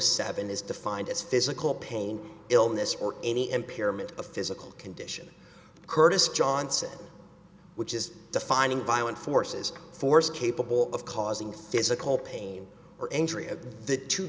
seven is defined as physical pain illness or any impairment of physical condition curtis johnson which is defining violent forces force capable of causing physical pain or